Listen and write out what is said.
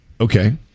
Okay